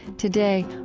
today,